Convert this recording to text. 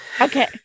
Okay